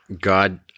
God